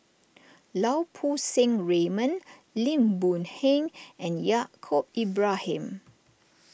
Lau Poo Seng Raymond Lim Boon Heng and Yaacob Ibrahim